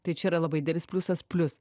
tai čia yra labai didelis pliusas plius